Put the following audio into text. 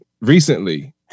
recently